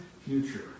future